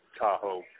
Tahoe